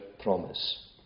promise